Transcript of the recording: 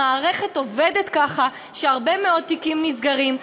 המערכת עובדת ככה שהרבה מאוד תיקים נסגרים,